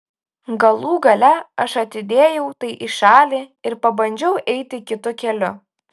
galų gale aš atidėjau tai į šalį ir pabandžiau eiti kitu keliu